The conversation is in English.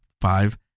five